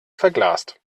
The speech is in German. verglast